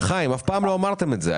אבל לא אמרתם את זה הפעם.